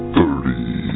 Thirty